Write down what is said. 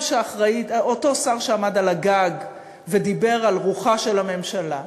אותו שר שעמד על הגג ודיבר על רוחה של הממשלה,